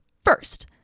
First